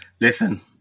Listen